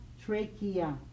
trachea